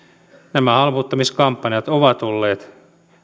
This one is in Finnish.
nämä halpuuttamiskampanjat ovat olleet